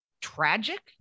tragic